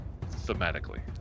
thematically